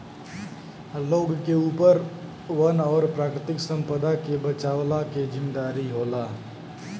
लोग के ऊपर वन और प्राकृतिक संपदा के बचवला के जिम्मेदारी होला